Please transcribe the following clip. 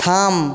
থাম